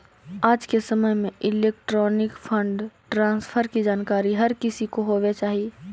आज के समय में इलेक्ट्रॉनिक फंड ट्रांसफर की जानकारी हर किसी को होवे चाही